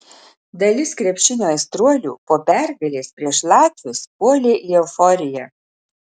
dalis krepšinio aistruolių po pergalės prieš latvius puolė į euforiją